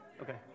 Okay